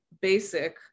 basic